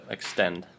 Extend